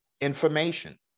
information